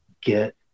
Get